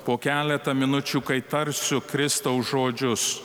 po keletą minučių kai tarsiu kristaus žodžius